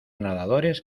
nadadores